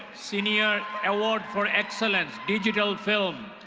senior award for excellence digital film.